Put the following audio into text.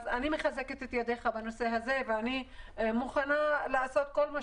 אני מחזקת את ידיך ואני מוכנה לעשות כל מה